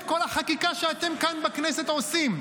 הביאו את כל החקיקה שאתם כאן בכנסת עושים,